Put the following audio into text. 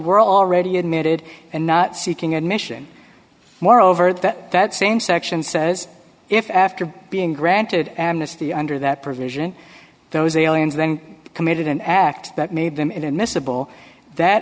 were already admitted and not seeking admission moreover that that same section says if after being granted amnesty under that provision those aliens then committed an act that made them into admissable that